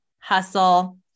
hustle